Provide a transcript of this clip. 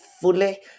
fully